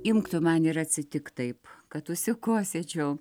imk tu man ir atsitik taip kad užsikosėčiau